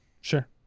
sure